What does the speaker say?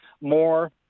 more